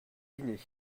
dîner